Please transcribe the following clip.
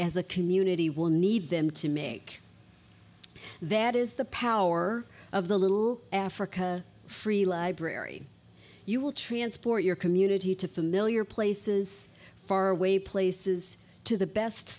as a community will need them to make that is the power of the little africa free library you will transport your community to familiar places far away places to the best